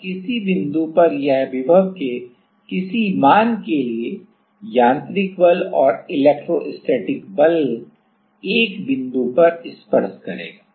और किसी बिंदु पर यह विभव के किसी मान के लिए यांत्रिक बल और इलेक्ट्रोस्टैटिक बल एक बिंदु पर स्पर्श करेगा